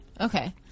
Okay